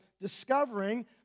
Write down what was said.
discovering